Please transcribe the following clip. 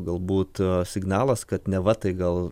galbūt signalas kad neva tai gal